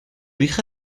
hija